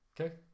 Okay